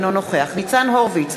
אינו נוכח ניצן הורוביץ,